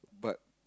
but